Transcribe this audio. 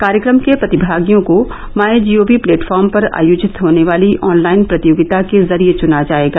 कार्यक्रम के प्रतिभागियों को माय जीओवी प्लेटफार्म पर आयोजित होने वाले ऑनलाइन प्रतियोगिता के जरिये चुना जायेगा